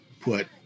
put